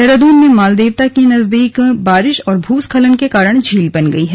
देहरादून में मालदेवता के नजदीक में बारिश और भूस्खलन के कारण झील बन गई है